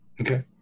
okay